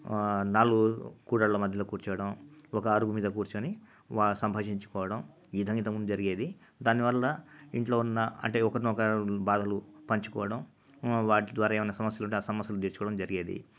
నాలుగు కూడళ్ళ మధ్యలో కూర్చోటం ఒక అరుగు మీద కూర్చొని వారు సంభాషించుకోవడం ఈ విధంగా ఇంతక ముందు జరిగేవి దానివల్ల ఇంట్లో ఉన్న అంటే ఒకరినొక బాధలు పంచుకోవడం వాటి ద్వారా ఏమన్నా సమస్యలు అంటే ఆ సమస్యలు తీర్చుకోవడం జరిగేది